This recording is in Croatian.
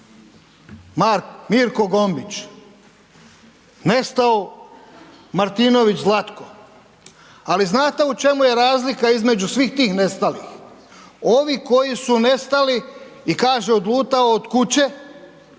nestao Mirko Gombić, nestao Martinović Zlatko. Ali znate u čemu je razlika između svih tih nestalih? Ovi koji su nestali i kaže odlutao od kuće,